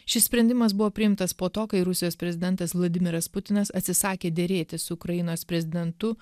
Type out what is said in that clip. šis sprendimas buvo priimtas po to kai rusijos prezidentas vladimiras putinas atsisakė derėtis su ukrainos prezidentu